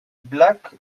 black